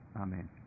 amen